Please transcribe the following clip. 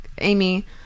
Amy